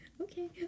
Okay